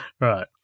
Right